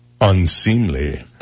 unseemly